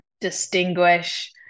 distinguish